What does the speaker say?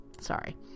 Sorry